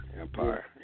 Empire